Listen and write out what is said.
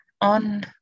on